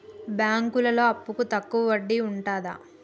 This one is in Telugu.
బ్యాంకులలో అప్పుకు తక్కువ వడ్డీ ఉంటదా?